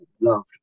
loved